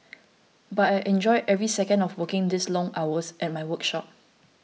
but I enjoy every second of working these long hours at my workshop